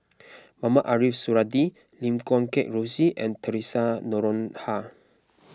Mohamed Ariff Suradi Lim Guat Kheng Rosie and theresa Noronha